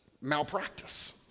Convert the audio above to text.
malpractice